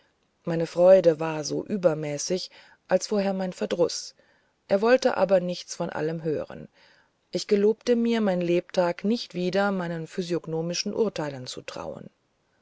meine freude war so übermäßig als vorher mein verdruß er wollte aber nichts von allem hören ich gelobte mir mein lebtage nicht wieder meinen physiognomischen urteilen zu trauen